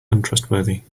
untrustworthy